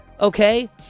okay